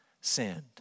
sinned